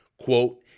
Quote